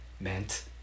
meant